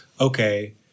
okay